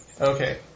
Okay